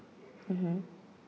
mmhmm